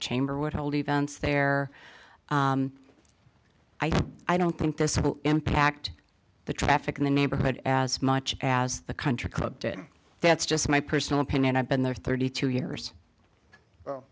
chamber would hold events there i don't think this will impact the traffic in the neighborhood as much as the country club that's just my personal opinion i've been there thirty two years